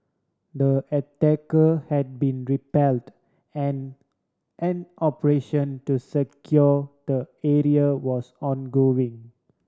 the attack had been repelled and an operation to secure the area was ongoing